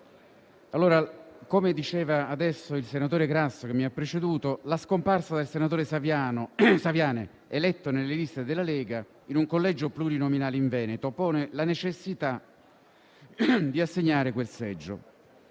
come diceva adesso il senatore Grasso che mi ha preceduto, la scomparsa del senatore Saviane, eletto nelle liste della Lega in un collegio plurinominale in Veneto, pone la necessità di assegnare quel seggio.